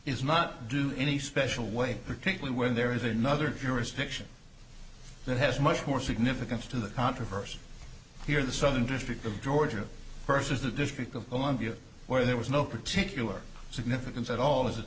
is not do any special way particularly when there is another jurisdiction that has much more significance to the controversy here in the southern district of georgia versus the district of columbia where there was no particular significance at all as